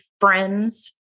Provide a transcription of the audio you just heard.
friends